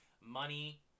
money